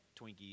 Twinkies